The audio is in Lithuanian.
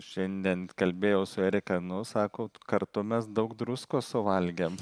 šiandien kalbėjau su erika sako nu kartu mes daug druskos suvalgėm